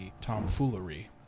tomfoolery